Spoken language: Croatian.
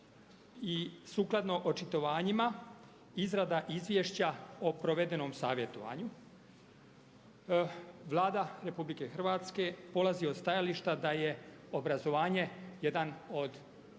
i sukladno očitovanjima izrada izvješća o provedenom savjetovanju. Vlada RH polazi od stajališta da je obrazovanje jedan od kotača